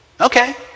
okay